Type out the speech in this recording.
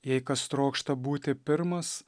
jei kas trokšta būti pirmas